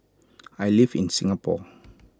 I live in Singapore